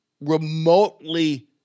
remotely